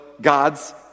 God's